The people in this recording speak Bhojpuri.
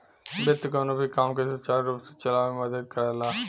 वित्त कउनो भी काम के सुचारू रूप से चलावे में मदद करला